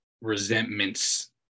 resentments